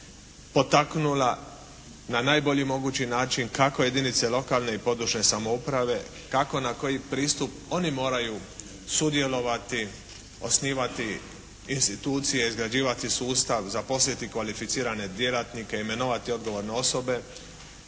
potaknula na najbolji mogući način kako jedinice lokalne i područne samouprave, kako na koji pristup oni moraju sudjelovati, osnivati institucije, izgrađivati sustav, zaposliti kvalificirane djelatnike, imenovati odgovorne osobe